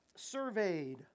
surveyed